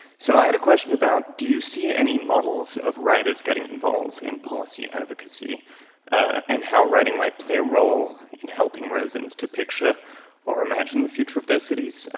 so i had a question about, do you see any models of writers getting involved in policy advocacy and how writing might play a role in helping residents to picture or imagine the future of their cities.